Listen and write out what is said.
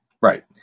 right